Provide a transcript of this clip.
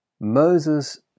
Moses